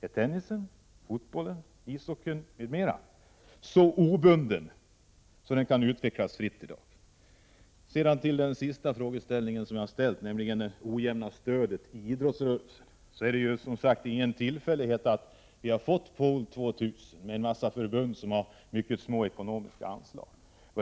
Är tennisen, fotbollen, ishockeyn m.fl idrottsgrenar så obundna att de kan utvecklas fritt i dag? Den sista frågan gäller det ojämna stödet till idrottsrörelsen. Det är som sagt ingen tillfällighet att vi har fått POOL 2 tusen med en massa förbund som har mycket små ekonomiska anslag.